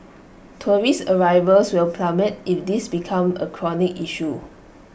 tourist arrivals will plummet if this becomes A chronic issue